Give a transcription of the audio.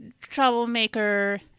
troublemaker